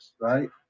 Right